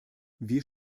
wir